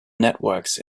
networks